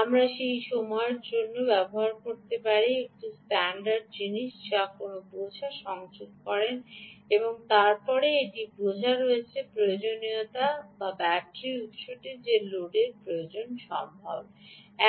আমরা সেই জীবন সময়ের জন্য চিন্তা করব না কারণ এটি একটি স্ট্যান্ডার্ড জিনিস যা আপনি কোনও বোঝা সংযোগ করেন এবং তারপরে একটি বোঝা রয়েছে প্রয়োজনীয়তা এবং ব্যাটারির উত্সটি যে লোডের প্রয়োজন সর্বদা